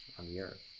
on the earth.